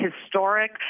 historic